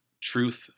Truth